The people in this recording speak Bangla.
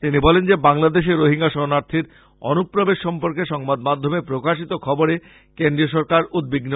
তিনি বলেন যে বাংলাদেশে রোহিঙ্গা শরনাথীর অনুপ্রবেশ সম্পর্কে সংবাদ মাধ্যমে প্রকাশিত খবরে কেন্দ্রীয় সরকার উদ্বিগ্ন